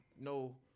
No